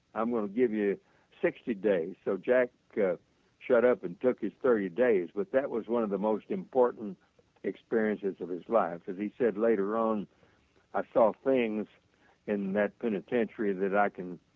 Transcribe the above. i am going to give you sixty days. so jack shut up and took his thirty days. but that was one of the most important experiences of his life because he said later on i saw things in that penitentiary that i